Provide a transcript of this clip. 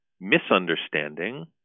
misunderstanding